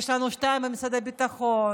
יש לנו שניים במשרד הביטחון,